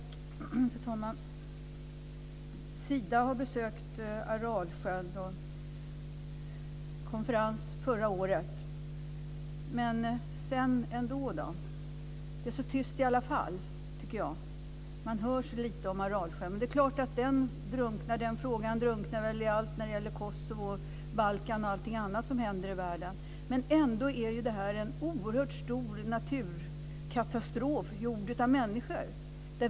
Fru talman! Sida har besökt Aralsjön, och det hölls en konferens förra året. Men sedan, då? Det är ändå så tyst, tycker jag. Man hör så lite om Aralsjön. Det är klart att den frågan drunknar i allt som gäller Kosovo och Balkan och allting annat som händer i världen. Men detta är ändå en oerhört stor naturkatastrof, skapad av människor.